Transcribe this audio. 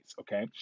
okay